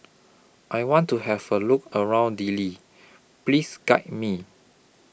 I want to Have A Look around Dili Please Guide Me